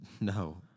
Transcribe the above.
No